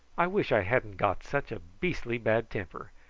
i wish i hadn't got such a beastly bad temper.